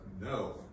no